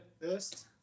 First